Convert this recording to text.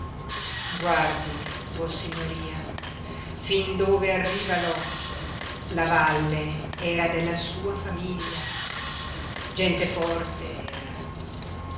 sinistra guardi vossignoria fin dove arriva l'occhio la valle era della sua famiglia gente forte era